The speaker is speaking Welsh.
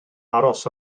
aros